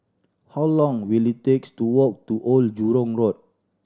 how long will it takes to walk to Old Jurong Road